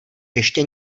ještě